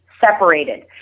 separated